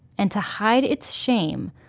and to hide its shame,